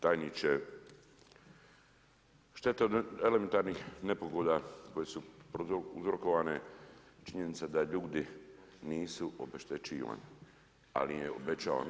Tajniče, šteta od elementarnih nepogoda koje su uzrokovane je činjenica da ljudi nisu obeštećivani, ali im je obećavano.